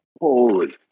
Holy